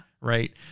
Right